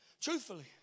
truthfully